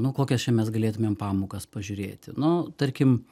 nu kokias čia mes galėtumėm pamokas pažiūrėti nu tarkim